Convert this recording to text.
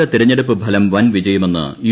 ഇടക്കാല തെരഞ്ഞെടുപ്പ് ഫലം വൻ വിജയമെന്ന് യു